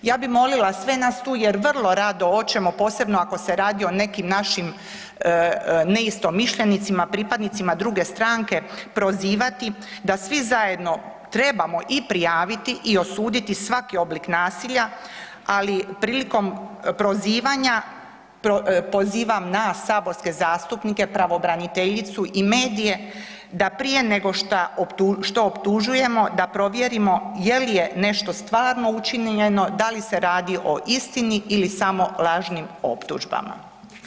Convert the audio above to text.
Ja bih molila sve nas tu jer vrlo rado hoćemo posebno ako se radi o nekim našim neistomišljenicima pripadnicima druge stranke prozivati da svi zajedno trebamo i prijaviti, i osuditi svaki oblik nasilja ali prilikom prozivanja pozivam na saborske zastupnike, pravobraniteljicu i medije da prije nego što optužujemo da provjerimo je li je nešto stvarno učinjeno, da li se radi o istini ili samo lažnim optužbama.